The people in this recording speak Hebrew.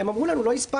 הם אמרו לנו לא הספקנו.